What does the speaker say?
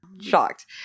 Shocked